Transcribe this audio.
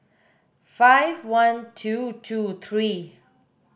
five one two two three